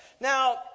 Now